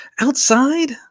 Outside